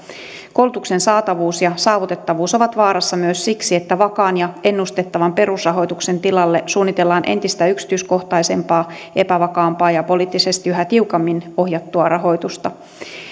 koulutuksen saatavuus ja saavutettavuus ovat vaarassa myös siksi että vakaan ja ennustettavan perusrahoituksen tilalle suunnitellaan entistä yksityiskohtaisempaa ja epävakaampaa ja poliittisesti yhä tiukemmin ohjattua rahoitusta